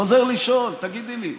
חוזר לשאול: תגידי לי,